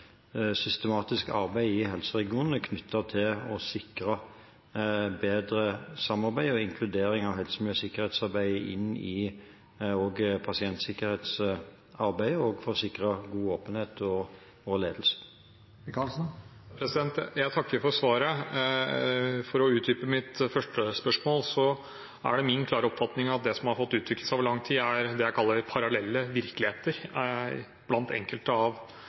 systematisk arbeid i helseregionen knyttet til å sikre et bedre samarbeid og inkludering av helse-, miljø- og sikkerhetsarbeidet og pasientsikkerhetsarbeidet, og til å sikre god åpenhet og ledelse. Jeg takker for svaret. For å utdype mitt første spørsmål er det min klare oppfatning at det som har fått utvikle seg over lang tid, er det jeg kaller parallelle virkeligheter blant enkelte av